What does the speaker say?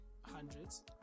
hundreds